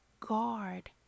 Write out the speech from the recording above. Guard